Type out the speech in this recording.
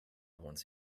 once